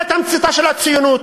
זאת תמציתה של הציונות.